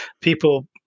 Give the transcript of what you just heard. People